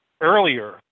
earlier